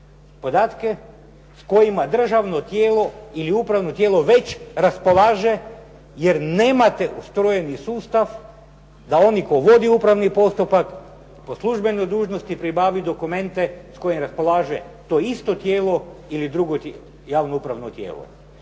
podatke s kojima državno tijelo ili upravno tijelo već raspolaže jer nemate ustrojeni sustav da onaj tko vodi upravni postupak po službenoj dužnosti pribavi dokumente s kojim raspolaže to isto tijelo ili drugo javno upravno tijelo.